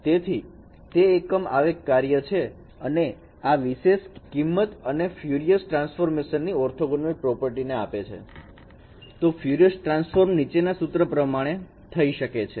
તેથી તે એકમ આવેગ કાર્ય છે અને આ વિશેષ કિંમત તમને ફયુંરિયર ટ્રાન્સફોર્મ ની ઓર્થોગોનલ પ્રોપર્ટી આપે છે તો ફયુંરિયર ટ્રાન્સફોર્મ નીચેના સૂત્ર પ્રમાણે થઈ શકે છે